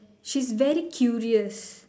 she's very curious